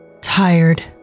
Tired